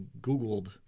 Googled